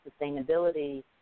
sustainability